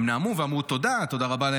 הם נאמו ואמרו תודה רבה,